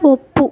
ಒಪ್ಪು